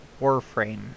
warframe